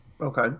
Okay